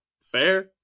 fair